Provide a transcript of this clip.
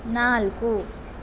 ನಾಲ್ಕು